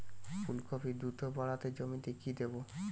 ফুলকপি দ্রুত বাড়াতে জমিতে কি দেবো?